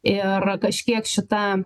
ir kažkiek šita